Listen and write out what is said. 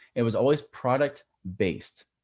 it was always product based,